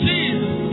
Jesus